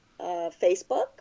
Facebook